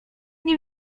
nie